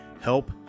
help